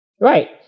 Right